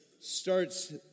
starts